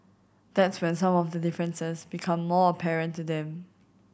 that's when some of the differences become more apparent to them